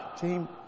team